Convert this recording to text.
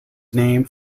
named